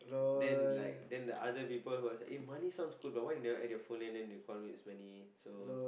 then like then the other people who was like eh money sounds cool but why you never add the full name then they call me Ismani so